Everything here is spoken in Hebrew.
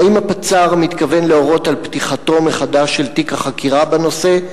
2. האם הפצ"ר מתכוון להורות על פתיחתו מחדש של תיק החקירה בנושא?